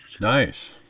Nice